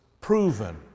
proven